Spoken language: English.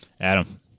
Adam